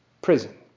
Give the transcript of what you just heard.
Prison